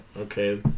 Okay